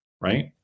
right